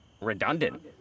Redundant